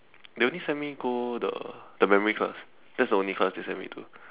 they only send me go the the memory class that's the only class they sent me to